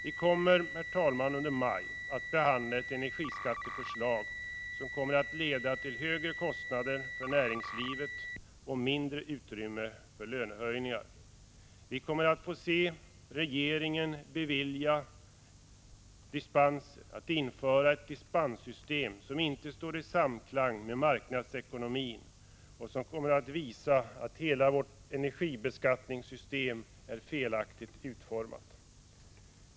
Vi kommer, herr talman, under maj att behandla ett energiskatteförslag, som kommer att leda till högre kostnader för näringslivet och mindre utrymme för lönehöjningar. Vi kommer att få se regeringen bevilja dispenser som inte står i samklang med marknadsekonomin och som kommer att visa att hela vårt energibeskattningssystem är felaktigt utformat.